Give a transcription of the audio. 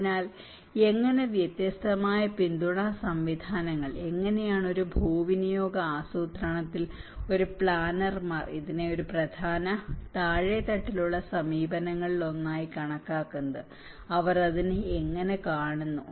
അതിനാൽ എങ്ങനെ വ്യത്യസ്തമായ പിന്തുണാ സംവിധാനങ്ങൾ എങ്ങനെയാണ് ഒരു ഭൂവിനിയോഗ ആസൂത്രണത്തിൽ ഒരു പ്ലാനർമാർ ഇതിനെ ഒരു പ്രധാന താഴെത്തട്ടിലുള്ള സമീപനങ്ങളിലൊന്നായി കണക്കാക്കുന്നത് അവർ അതിനെ എങ്ങനെ കാണുന്നു